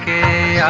a